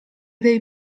dei